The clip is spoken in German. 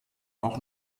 auch